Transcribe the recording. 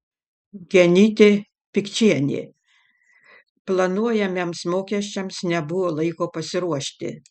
genytė pikčienė planuojamiems mokesčiams nebuvo laiko pasiruošti